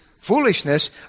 foolishness